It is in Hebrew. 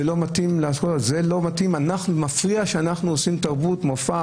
זה מפריע שאנחנו מקיימים מופע